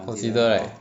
consider right